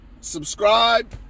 subscribe